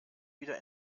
wieder